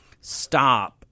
stop